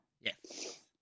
Yes